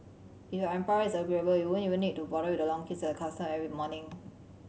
if your employer is agreeable you won't even need to bother with the long queues at the customs every morning